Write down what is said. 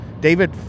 David